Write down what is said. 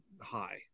high